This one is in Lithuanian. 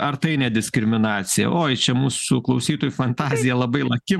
ar tai ne diskriminacija oi čia mūsų klausytojų fantazija labai laki